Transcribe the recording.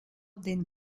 den